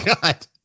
God